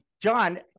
John